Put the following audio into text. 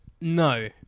No